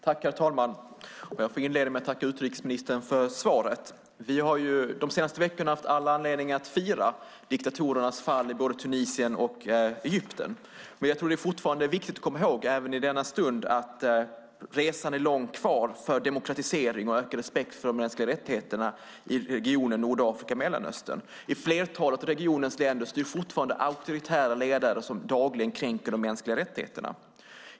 Herr talman! Jag tackar utrikesministern för svaret. Vi har de senaste veckorna haft anledning att fira diktatorernas fall i Tunisien och Egypten. Det är dock viktigt att komma ihåg även i denna stund att det är långt kvar till demokratisering och ökad respekt för de mänskliga rättigheterna i regionen Nordafrika-Mellanöstern. I flertalet av regionens länder styr fortfarande auktoritära ledare som dagligen kränker de mänskliga rättigheterna.